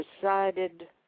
decided